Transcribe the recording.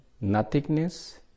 nothingness